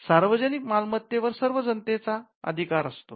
सार्वजनिक मालमत्तेवर सर्व जनतेचा अधिकार असतो